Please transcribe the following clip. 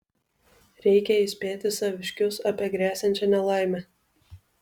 reikia įspėti saviškius apie gresiančią nelaimę